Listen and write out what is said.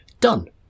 done